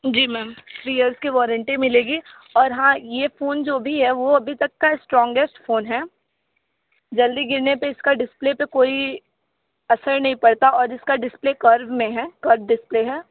जी ma'am three years के warranty मिलेगी और हाँ ये फ़ोन जो भी है वो अभी तक का स्ट्रांगेस्ट फ़ोन है जल्दी गिरने पर इसका डिस्प्ले पर कोई असर नहीं पड़ता और इसका डिस्प्ले कर्व में है कर्व डिस्प्ले है